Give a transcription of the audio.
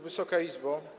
Wysoka Izbo!